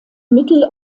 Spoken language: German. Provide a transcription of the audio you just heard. mittel